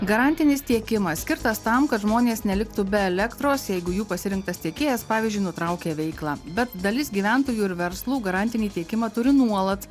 garantinis tiekimas skirtas tam kad žmonės neliktų be elektros jeigu jų pasirinktas tiekėjas pavyzdžiui nutraukė veiklą bet dalis gyventojų ir verslų garantinį tiekimą turi nuolat